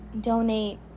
donate